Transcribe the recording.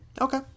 Okay